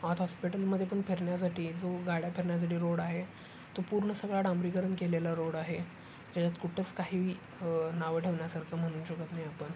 आत हॉस्पिटलमध्ये पण फिरण्यासाठी जो गाड्या फिरण्यासाठी रोड आहे तो पूर्ण सगळा डांबरीकरण केलेला रोड आहे त्याच्यात कुठंच काही नावं ठेवण्यासारखं म्हणू शकत नाही आपण